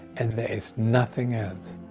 and there is nothing else.